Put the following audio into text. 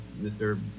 Mr